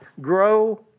grow